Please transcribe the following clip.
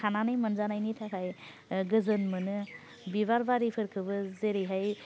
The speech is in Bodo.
खानानै मोनजानायनि थाखाय गोजोन मोनो बिबार बारिफोरखौबो जेरैहाय